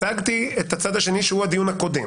הצגתי את הצד השני שהוא הדיון הקודם.